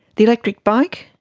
the electric bike?